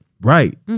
Right